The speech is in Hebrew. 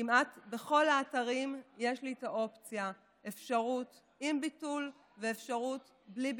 כמעט בכל האתרים יש לי האפשרות של עם ביטול והאפשרות של בלי ביטול.